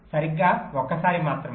సరిగ్గా ఒకసారి మాత్రమే